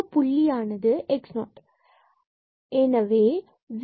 இந்த புள்ளியானது x0 ஆகும்